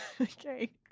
Okay